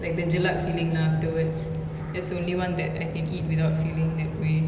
like the jelak feeling lah afterwards that's the only one that I can eat without feeling that way